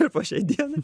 ir po šiai dienai